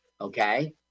Okay